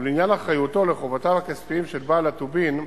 ולעניין אחריותו לחובותיו הכספיים של בעל הטובין,